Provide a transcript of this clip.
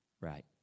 Right